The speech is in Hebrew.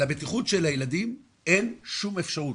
על הבטיחות של הילדים אין שום אפשרות